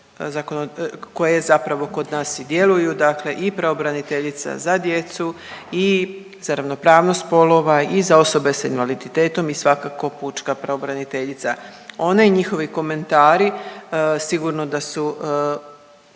koje zapravo kod nas i djeluju, dakle i pravobraniteljica za djecu i za ravnopravnost spolova i za osobe s invaliditetom i svakako, pučka pravobraniteljica. One i njihovi komentari sigurno da su